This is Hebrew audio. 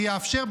שיאפשר,